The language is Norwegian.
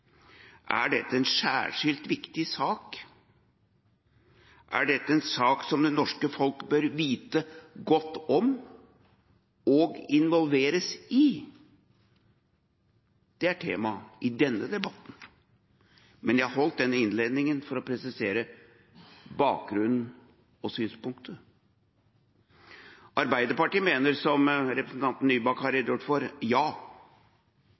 Er dette en særskilt viktig sak? Er dette en sak som det norske folk bør vite godt om og involveres i? Det er temaet i denne debatten, men jeg holdt denne innledningen for å presisere bakgrunnen og synspunktet. Arbeiderpartiet mener, som representanten Nybakk har redegjort for, ja.